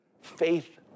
Faith